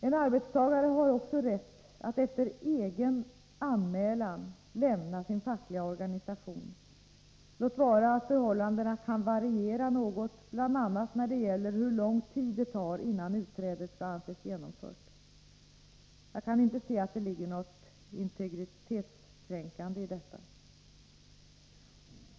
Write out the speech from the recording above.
En arbetstagare har också rätt att efter egen anmälan lämna sin fackliga organisation, låt vara att förhållandena kan variera något, bl.a. när det gäller hur lång tid det tar, innan utträdet skall anses genomfört. Jag kan inte se att det ligger något integritetskränkande i detta.